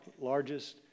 largest